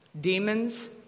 Demons